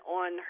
on